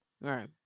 right